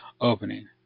opening